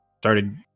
started